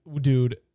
dude